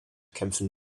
kämpfen